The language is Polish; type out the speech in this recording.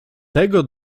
tego